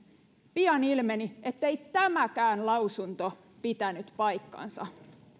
pian ilmeni ettei tämäkään lausunto pitänyt paikkaansa